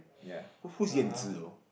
ya who who's Yan Zi though